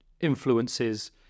influences